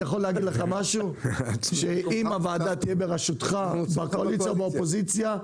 אם הוועדה תהיה בראשותך בקואליציה או באופוזיציה,